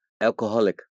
alcoholic